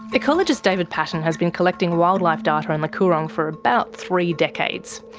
ecologist david paton has been collecting wildlife data in the coorong for about three decades.